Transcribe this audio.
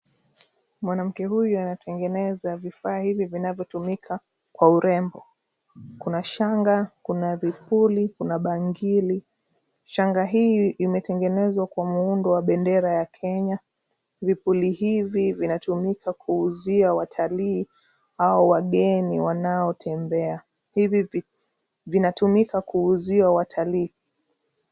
Mwanamke huyu anatengeneza vifaa hivi vinavyotumika kwa urembo. Kuna shanga, kuna vipuli, kuna bangili. Shanga hii imetengenezwa kwa muundo wa bendera ya Kenya. Vipuli hivi vinatumika kuuzia watalii au wageni wanaotembea. Hivi vinatumika kuuzia watalii.